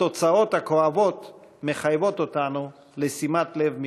התוצאות הכואבות מחייבות אותנו לשֹימת לב מיוחדת.